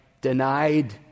denied